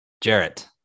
Jarrett